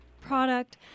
product